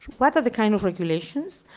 what are the kind of regulations?